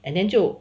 and then 就